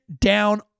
down